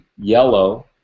yellow